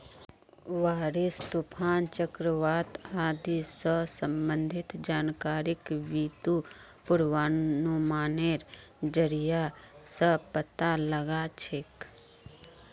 बारिश, तूफान, चक्रवात आदि स संबंधित जानकारिक बितु पूर्वानुमानेर जरिया स पता लगा छेक